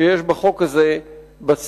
שיש בחוק הזה בסטטוס-קוו.